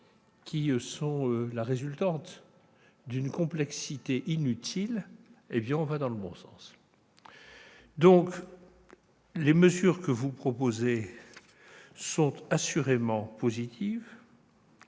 qui résultent d'une complexité inutile, on va dans le bon sens ! Les mesures que vous proposez sont assurément positives.